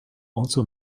also